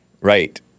Right